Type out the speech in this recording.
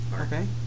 Okay